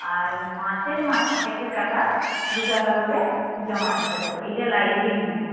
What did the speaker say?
আর মাসের মাস একটা টাকা দুটাকা করে জমা দিতে হয় এইটা লাইব্রেরির নিয়ম